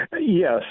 Yes